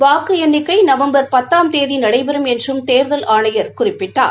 வாக்கு எண்ணிக்கை நவம்பர் பத்தாம் நடைபெறும் என்றும் தேர்தல் ஆணையர் குறிப்பிட்டார்